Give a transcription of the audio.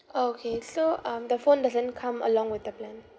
orh okay so um the phone doesn't come along with the plan